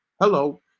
Hello